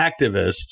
activists